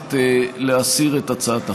מהכנסת להסיר את הצעת החוק.